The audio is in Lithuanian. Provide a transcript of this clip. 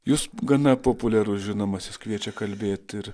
jūs gana populiarus žinomas jus kviečia kalbėt ir